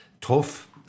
tough